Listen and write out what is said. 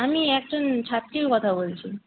আমি একজন ছাত্রী কথা বলছি